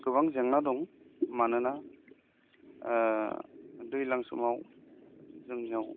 गोबां जेंना दं मानोना दैज्लां समाव जोंनियाव